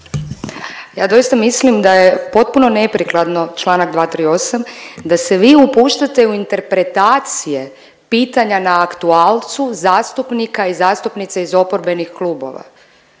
Ja doista mislim da je potpuno neprikladno članak 238. da se vi upuštate u interpretacije pitanja na „aktualcu“ zastupnika i zastupnica iz oporbenih klubova.